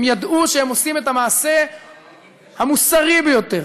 הם ידעו שהם עושים את המעשה המוסרי ביותר,